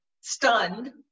stunned